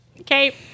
Okay